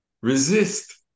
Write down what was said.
resist